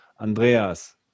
Andreas